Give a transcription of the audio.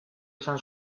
izan